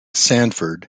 sandford